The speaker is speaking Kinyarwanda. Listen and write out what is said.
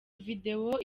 video